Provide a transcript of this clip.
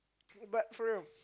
but true